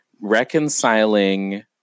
reconciling